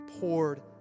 poured